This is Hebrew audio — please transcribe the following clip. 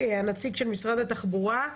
נציג משרד התחבורה.